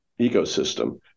ecosystem